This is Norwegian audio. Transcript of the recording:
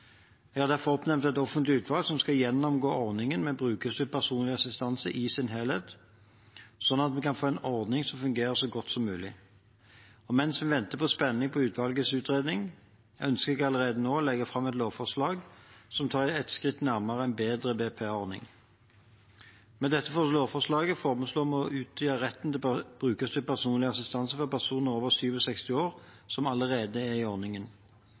Jeg har derfor oppnevnt et offentlig utvalg som skal gjennomgå ordningen med brukerstyrt personlig assistanse i sin helhet, sånn at vi kan få en ordning som fungerer så godt som mulig. Mens vi venter i spenning på utvalgets utredning, ønsker jeg allerede nå å legge fram et lovforslag som tar et skritt nærmere en bedre BPA-ordning. Med dette lovforslaget foreslår vi å utvide retten til brukerstyrt personlig assistanse for personer over 67 år som allerede er i ordningen.